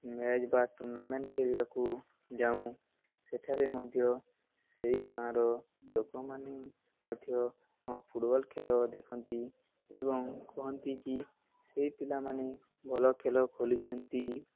match ବା tournament ଖେଳିବାକୁ ଯାଉଁ ସେଠାରେ ମଧ୍ୟ ସେଇ ଗାଁର ଲୋକମାନେ ମଧ୍ୟ ଆମ ଫୁଟବଲ ଖେଳ ଦେଖନ୍ତି ଏବଂ କହନ୍ତି କିି ସେଇ ପିଲାମାନେ ଭଲ ଖେଳ ଖୋଲିଛନ୍ତି